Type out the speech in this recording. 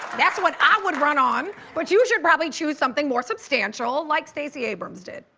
that's what i would run on. but you should probably choose something more substantial like stacey abrams did.